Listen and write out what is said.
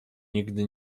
nigdy